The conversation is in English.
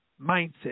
mindset